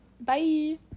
Bye